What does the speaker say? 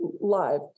live